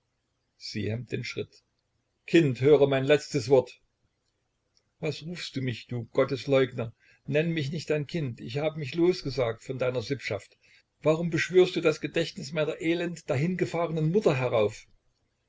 sie hemmt den schritt kind hör mein letztes wort was rufst du mich du gottesleugner nenn mich nicht dein kind ich hab mich losgesagt von deiner sippschaft warum beschwörst du das gedächtnis meiner elend dahingefahrenen mutter herauf